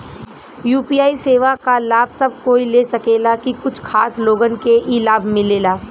UPI सेवा क लाभ सब कोई ले सकेला की कुछ खास लोगन के ई लाभ मिलेला?